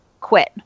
quit